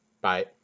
Bye